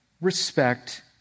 respect